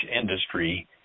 industry